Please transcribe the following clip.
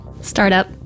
Startup